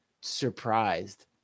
surprised